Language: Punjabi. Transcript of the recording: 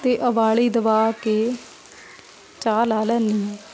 ਅਤੇ ਉਬਾਲੀ ਦਿਵਾ ਕੇ ਚਾਹ ਲਾਹ ਲੈਂਦੀ ਹਾਂ